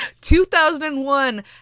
2001